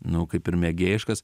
nu kaip ir mėgėjiškas